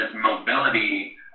mobility